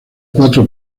cuatro